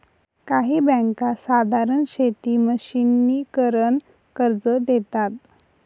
काही बँका साधारण शेती मशिनीकरन कर्ज देतात